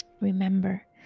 Remember